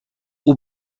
اوه